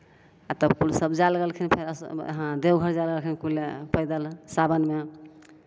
आब तऽ कुल सभ जाय लगलखिन अशो यहाँ देवघर जाय लगलखिन कुल पैदल सावनमे